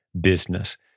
business